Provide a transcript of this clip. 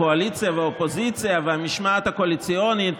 קואליציה ואופוזיציה והמשמעת הקואליציונית.